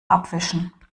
abwischen